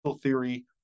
theory